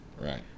Right